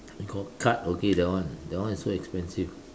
you got card okay that one that one is so expensive